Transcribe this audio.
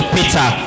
Peter